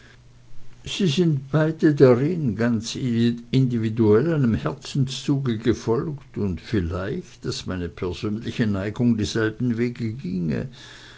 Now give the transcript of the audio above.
sie sind beide darin ganz individuell einem herzenszuge gefolgt und vielleicht daß meine persönliche neigung dieselben wege ginge